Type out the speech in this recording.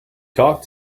talk